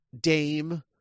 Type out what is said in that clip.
Dame